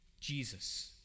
Jesus